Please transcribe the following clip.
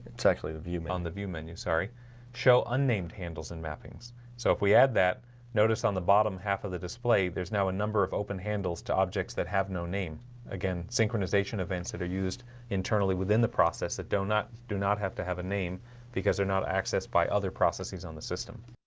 exactly the view beyond the view menu. sorry show unnamed handles and mappings so if we add that notice on the bottom half of the display there's now a number of open handles objects that have no name again synchronization events that are used internally within the process that donut do not have to have a name because they're not accessed by other processes on the system